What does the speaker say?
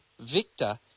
Victor